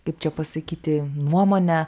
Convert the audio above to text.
kaip čia pasakyti nuomonę